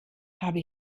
habe